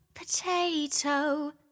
Potato